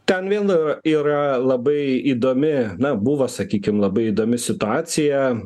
ten viena yra labai įdomi na buvo sakykim labai įdomi situacija